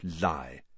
lie